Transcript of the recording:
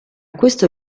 questo